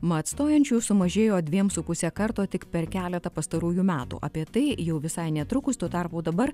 mat stojančių sumažėjo dviem su puse karto tik per keletą pastarųjų metų apie tai jau visai netrukus tuo tarpu dabar